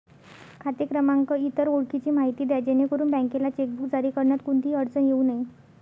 खाते क्रमांक, इतर ओळखीची माहिती द्या जेणेकरून बँकेला चेकबुक जारी करण्यात कोणतीही अडचण येऊ नये